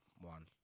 one